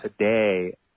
today